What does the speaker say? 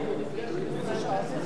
חוק סדר הדין הפלילי